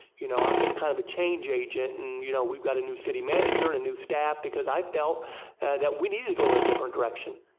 you know i have been kind of change agent. and you know we have got new city manager and new staff because i felt that we needed to go in different direction.